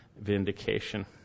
vindication